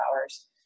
hours